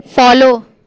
follow